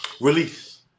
release